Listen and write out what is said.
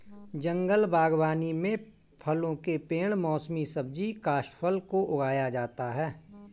जंगल बागवानी में फलों के पेड़ मौसमी सब्जी काष्ठफल को उगाया जाता है